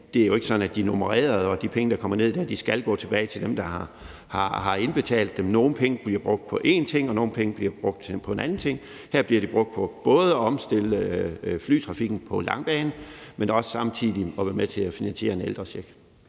Det er jo ikke sådan, at de er nummereret, og at de penge, der kommer ned dér, skal gå tilbage til dem, der har indbetalt dem. Nogle penge bliver brugt på én ting, og andre penge bliver brugt på en anden ting. Her bliver de brugt på både at omstille flytrafikken på den lange bane, men også at være med til at finansiere en ældrecheck.